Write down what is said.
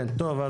טוב,